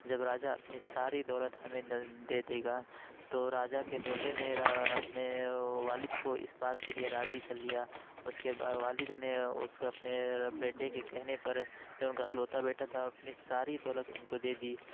جب راجا اپنی ساری دولت ہمیں دے دے گا تو راجا کے بیٹے نے اپنے والد كو اِس بات كے لیے راضی كر لیا اُس كے والد نے اُس اپنے بیٹے كے كہنے پر جو اُن كا اِكلوتا بیٹا تھا اپنی ساری دولت اُن كو دے دی